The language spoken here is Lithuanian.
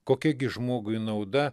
kokia gi žmogui nauda